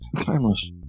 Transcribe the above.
Timeless